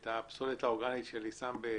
את הפסולת האורגנית אני שם בקומפוסט,